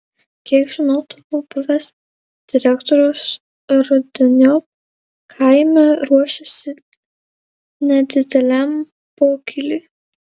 kiek žinau tavo buvęs direktorius rudeniop kaime ruošiasi nedideliam pokyliui